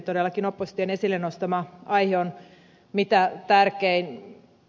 todellakin opposition esille nostama aihe on mitä tärkein